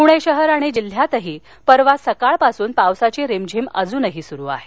पुणे शहर आणि जिल्ह्यातही परवा सकाळपासून पावसाची रिमझिम अजूनही सुरु आहे